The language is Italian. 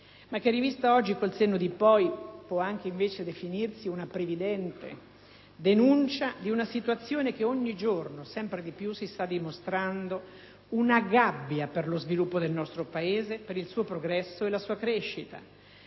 ma che, rivista oggi con il senno di poi, può anche definirsi una previdente denuncia di una situazione che ogni giorno, sempre di più, si sta dimostrando una gabbia per lo sviluppo del nostro Paese, per il suo progresso e la sua crescita,